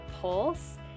Pulse